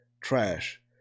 trash